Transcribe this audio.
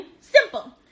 Simple